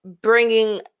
bringing